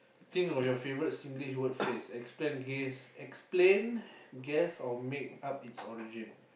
think of your favourite Singlish word phrase explain gays explain guess or make up its origins